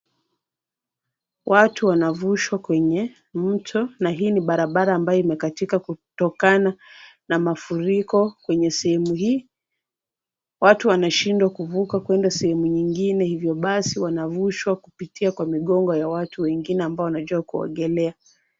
Watu wanavushwa kwenye mto na hii ni barabara ambayo imekatika kutokana na mafuriko. Kwenye sehemu hii , watu wanashindwa kuvuka kuenda kwenda sehemu nyingine hivyo basi wanavushwa kupitia migongo ya watu wengine ambao wanajua kuogelea.